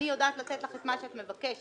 אני יודעת לתת לך את מה שאת מבקשת.